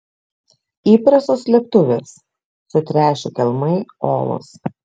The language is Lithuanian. įprastos slėptuvės sutręšę kelmai olos